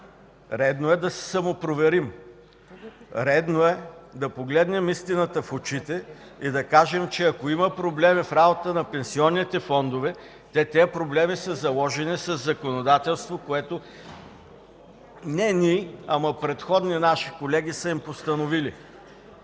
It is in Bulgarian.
Редно е да се самопроверим. Редно е да погледнем истината в очите и да кажем, че ако има проблеми в работата на пенсионните фондове, тези проблеми са заложени със законодателството, което не ние, а предходни наши колеги са постановили.